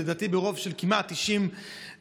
לדעתי ברוב של כמעט 90 מצביעים,